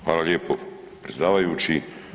Hvala lijepo predsjedavajući.